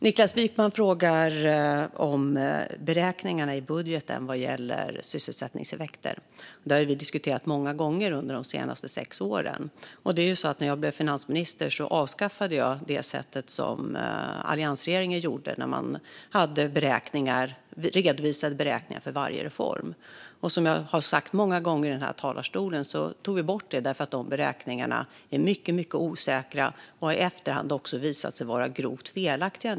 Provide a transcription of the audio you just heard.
Niklas Wykman frågar om beräkningarna i budgeten vad gäller sysselsättningseffekter. Detta har vi diskuterat många gånger under de senaste sex åren. När jag blev finansminister avskaffade jag alliansregeringens sätt att redovisa beräkningarna för varje reform. Som jag har sagt många gånger i denna talarstol tog vi bort det därför att sådana beräkningar är mycket osäkra, och en del av dem har i efterhand också visat sig vara grovt felaktiga.